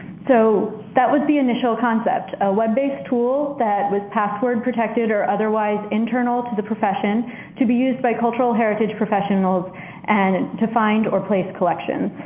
so that was the initial concept. a web based tool that was password protected or otherwise internal to the profession to be used by cultural heritage professionals and to find or place collections.